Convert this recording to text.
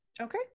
Okay